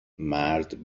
مرد